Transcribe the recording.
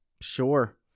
Sure